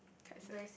quite sad